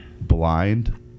blind